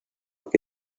que